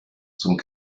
zum